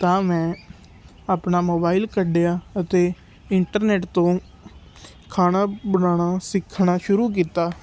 ਤਾਂ ਮੈਂ ਆਪਣਾ ਮੋਬਾਈਲ ਕੱਢਿਆ ਅਤੇ ਇੰਟਰਨੈਟ ਤੋਂ ਖਾਣਾ ਬਣਾਉਣਾ ਸਿੱਖਣਾ ਸ਼ੁਰੂ ਕੀਤਾ